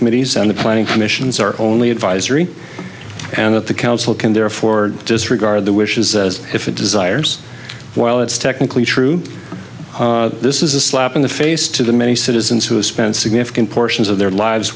committees and the planning commissions are only advisory and that the council can therefore disregard the wishes as if it desires while it's technically true this is a slap in the face to the many citizens who have spent significant portions of their lives